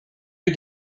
que